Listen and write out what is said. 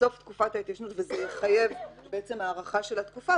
בסוף תקופת ההתיישנות וזה יחייב הארכה של התקופה,